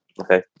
Okay